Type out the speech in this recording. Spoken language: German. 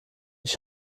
ich